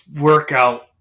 workout